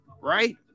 right